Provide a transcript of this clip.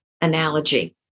analogy